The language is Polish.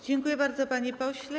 Dziękuję bardzo, panie pośle.